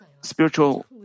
spiritual